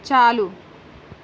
چالو